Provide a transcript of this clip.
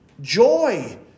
Joy